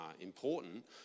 important